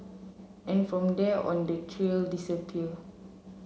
and from there on the trail disappeared